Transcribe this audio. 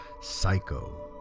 Psycho